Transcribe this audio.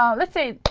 um let's say